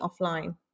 offline